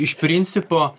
iš principo